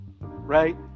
right